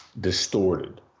distorted